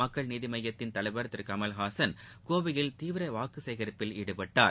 மக்கள் நீதி மையத்தின் தலைவர் திரு கமலஹாசன் கோவையில் தீவிர வாக்கு சேகரிப்பில் ஈடுபட்டார்